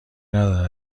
ندارد